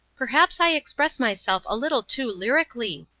perhaps i express myself a little too lyrically,